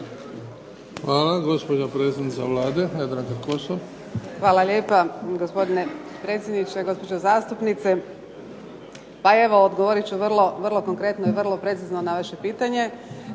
lijepa, gospodine predsjedniče. Gospođo zastupnice. Pa evo, odgovorit ću vrlo konkretno i vrlo precizno na vaše pitanje